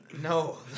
No